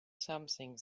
something